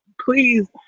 Please